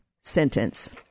sentence